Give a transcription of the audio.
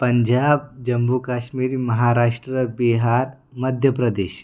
Punjab Jammu Kashmir Maharashtra Bihar Madhya Pradesh